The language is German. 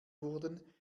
wurden